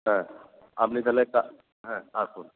হ্যাঁ আপনি তাহলে হ্যাঁ আসুন